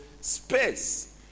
space